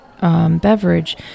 beverage